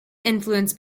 influenced